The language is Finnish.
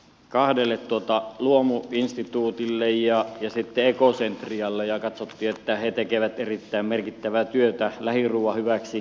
kahdelle tuottaa luomu instituutin leija luomuinstituutille ja ekocentrialle ja katsottiin että ne tekevät erittäin merkittävää työtä lähiruuan hyväksi